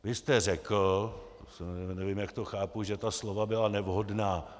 Vy jste řekl, nevím, jak to chápu, že ta slova byla nevhodná.